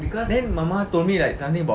then mama told me like something about